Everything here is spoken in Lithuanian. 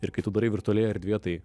ir kai tu darai virtualioje erdvėje tai